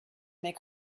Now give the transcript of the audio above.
make